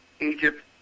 Egypt